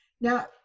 now